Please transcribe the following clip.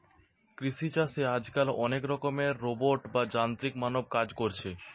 কৃষি চাষে আজকাল অনেক রকমের রোবট বা যান্ত্রিক মানব কাজ কোরছে